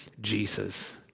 Jesus